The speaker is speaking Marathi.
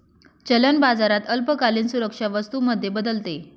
चलन बाजारात अल्पकालीन सुरक्षा वस्तू मध्ये बदलते